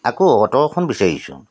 আকৌ অ'ট এখন বিচাৰিছোঁ